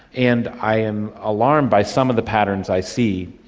and i am alarmed by some of the patterns i see.